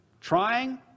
trying